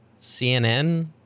CNN